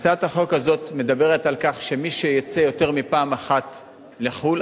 הצעת החוק הזאת מדברת על כך שמי שיצא יותר מפעם אחת לחו"ל,